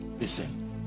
listen